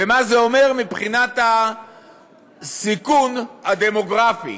ומה זה אומר מבחינת הסיכון הדמוגרפי,